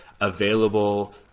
available